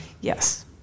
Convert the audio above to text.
Yes